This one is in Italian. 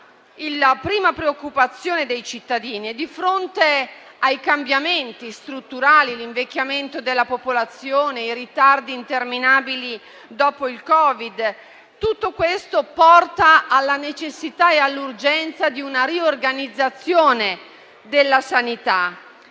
la prima preoccupazione dei cittadini. Di fronte ai cambiamenti strutturali, come l'invecchiamento della popolazione e i ritardi interminabili dopo il Covid-19, tutto questo porta alla necessità e all'urgenza di una riorganizzazione della sanità.